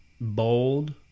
bold